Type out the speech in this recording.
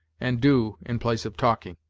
and do, in place of talking.